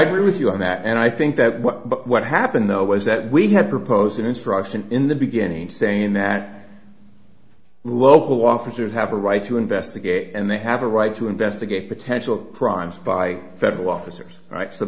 agree with you on that and i think that what happened though was that we had proposed an instruction in the beginning saying that local officers have a right to investigate and they have a right to investigate potential crimes by federal officers right so